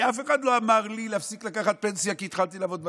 אף אחד לא אמר לי להפסיק לקבל פנסיה כי התחלתי לעבוד בכנסת,